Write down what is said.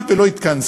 היא כמעט לא התכנסה,